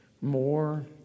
more